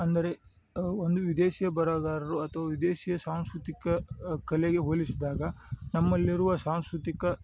ಅಂದರೆ ಒಂದು ವಿದೇಶಿಯ ಬರಹಗಾರರು ಅಥವಾ ವಿದೇಶೀಯ ಸಾಂಸ್ಕೃತಿಕ ಕಲೆಗೆ ಹೋಲಿಸಿದಾಗ ನಮ್ಮಲ್ಲಿರುವ ಸಾಂಸ್ಕೃತಿಕ